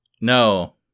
No